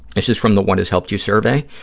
this is from the what has helped you survey,